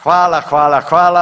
Hvala, hvala, hvala.